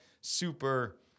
super